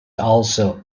also